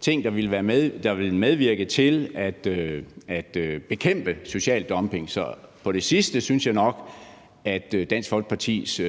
ting, der ville medvirke til at bekæmpe social dumping, så på det sidste synes jeg nok, at Dansk Folkepartis